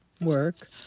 work